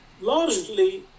largely